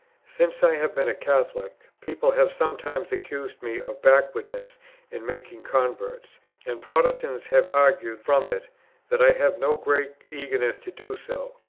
since i have been a catholic, people have sometimes accused me of backwardness in making converts and protestants have argued from it that i have no great eagerness to do so.